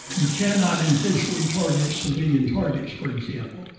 you cannot intentionally target civilian targets, for example.